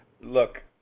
Look